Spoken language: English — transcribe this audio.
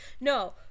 No